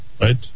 right